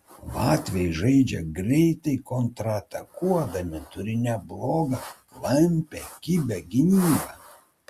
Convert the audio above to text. latviai žaidžia greitai kontratakuodami turi neblogą klampią kibią gynybą